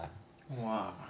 !wah!